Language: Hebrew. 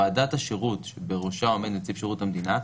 ועדת השירות שבראשה עומד נציב שירות המדינה,